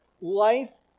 life